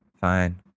Fine